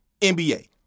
NBA